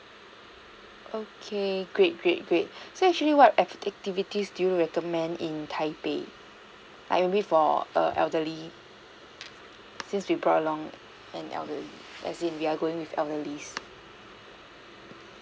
okay great great great so actually what activities do you recommend in taipei like maybe for err elderly since we brought along an elderly as in we are going with elderlies